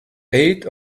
eight